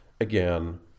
again